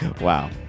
Wow